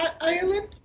Ireland